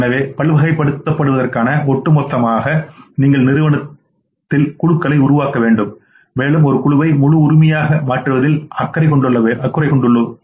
எனவே பல்வகைப்படுத்துவதற்காக ஒட்டுமொத்தமாக நீங்கள் நிறுவனங்களின் குழுவை உருவாக்க வேண்டும் மேலும் ஒரு குழுவை முழு உரிமையாக மாற்றுவதில் நீங்கள் அக்கறை கொண்டுள்ளீர்கள்